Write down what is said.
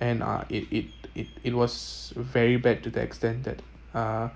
and uh it it it it was very bad to the extent that uh